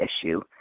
issue